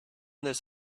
this